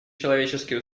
человеческие